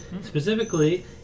Specifically